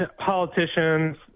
politicians